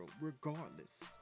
regardless